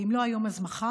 ואם לא היום אז מחר.